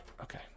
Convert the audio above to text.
okay